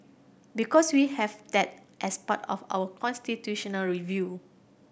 because we have that as part of our constitutional review